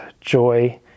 joy